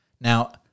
Now